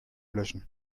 löschen